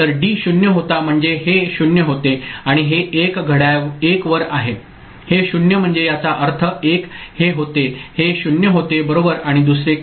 तर डी 0 होता म्हणजे हे 0 होते आणि हे 1 घड्याळ 1 वर आहे हे 0 म्हणजे याचा अर्थ 1 हे होते हे 0 होते बरोबर आणि दुसरे काय